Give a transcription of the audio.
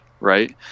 right